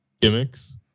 gimmicks